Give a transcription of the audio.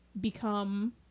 become